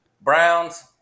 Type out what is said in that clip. Browns